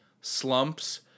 slumps